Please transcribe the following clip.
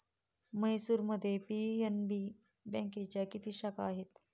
म्हैसूरमध्ये पी.एन.बी बँकेच्या किती शाखा आहेत?